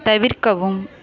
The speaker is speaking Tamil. தவிர்க்கவும்